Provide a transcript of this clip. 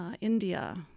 India